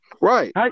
right